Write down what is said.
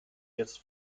jetzt